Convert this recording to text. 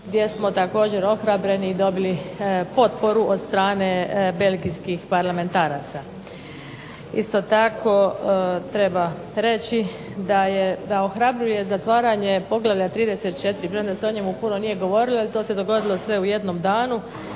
gdje smo također ohrabreni dobili potporu od strane belgijskih parlamentaraca. Isto tako treba reći da ohrabruje zatvaranje poglavlja 34. premda se o njemu puno nije govorilo jer se to dogodilo sve u jednom danu,